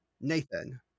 Nathan